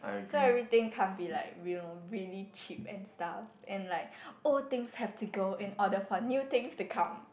so everything can't be like you know really cheap and stuff and like all things have to go in order for new things to come